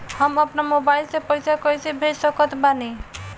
हम अपना मोबाइल से पैसा कैसे भेज सकत बानी?